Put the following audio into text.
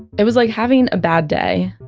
it was like having a bad day,